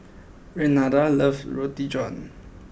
Renada loves Roti John